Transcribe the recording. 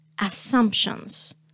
assumptions